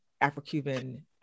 afro-cuban